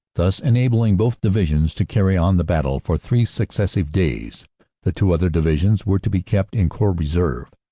thus enabling both divisions to carryon the battle for three successive days the two other divisions were to be kept in corps reserve,